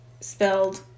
spelled